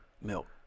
Milk